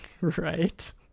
Right